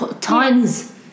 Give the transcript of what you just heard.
Tons